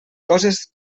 coses